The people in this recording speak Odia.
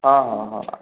ହଁ ହଁ ହଁ